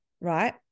right